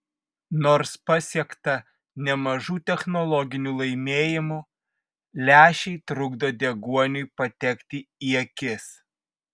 nors pasiekta nemažų technologinių laimėjimų lęšiai trukdo deguoniui patekti į akis